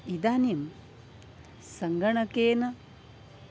इदानीं सङ्गणकेन